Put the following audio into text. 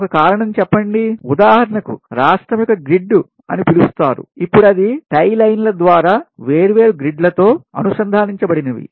ఒక కారణం చెప్పండి ఉదాహరణకు రాష్ట్రం యొక్క గ్రిడ్ అని పిలుస్తారు ఇప్పుడది టై లైన్ల ద్వారా వేర్వేరు గ్రిడ్లులతో అనుసంధానించ బడినవి